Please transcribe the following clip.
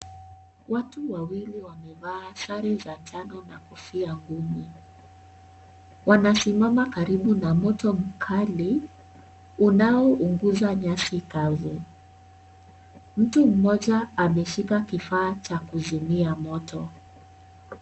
Watu wawili wamevaa sare za njano na kofia ngumu wanasimama karibu na moto mkali unao uguza nyasi kavu. Mtu mmoja ameshika kifaa cha kuzimia moto.